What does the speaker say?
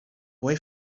boy